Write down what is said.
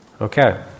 Okay